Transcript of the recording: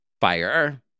fire